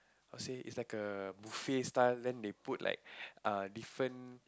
how say it's like a buffet style then they put like err different